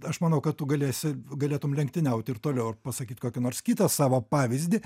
aš manau kad tu galėsi galėtum lenktyniaut ir toliau ar pasakyt kokį nors kitą savo pavyzdį